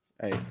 Hey